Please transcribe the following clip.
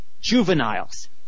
juveniles